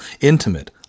intimate